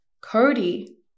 Cody